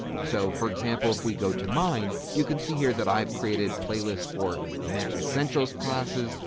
so for example, if we go to mine you can see here that i've created playlists for mac essentials classes,